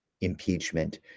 impeachment